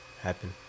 happen